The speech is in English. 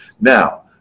Now